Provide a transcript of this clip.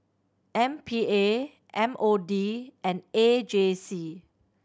M P A M O D and A J C